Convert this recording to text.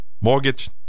mortgage